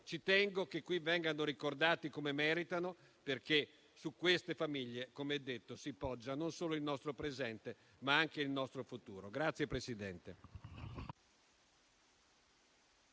Ci tengo che qui vengano ricordati come meritano, perché su queste famiglie, come ho detto, si poggia non solo il nostro presente, ma anche il nostro futuro. [**Presidenza